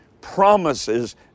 promises